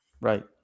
right